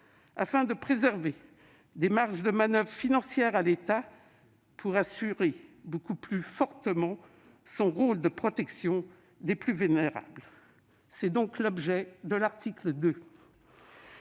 afin de préserver des marges de manoeuvre financières à l'État pour assurer plus fortement son rôle de protection des plus vulnérables. C'est l'objet de l'article 2.